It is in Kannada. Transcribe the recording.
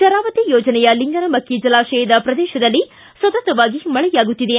ಶರಾವತಿ ಯೋಜನೆಯ ಲಿಂಗನಮಕ್ಕಿ ಜಲಾಶಯದ ಪ್ರದೇಶದಲ್ಲಿ ಸತತವಾಗಿ ಮಳೆಯಾಗುತ್ತಿದೆ